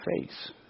face